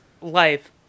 life